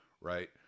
Right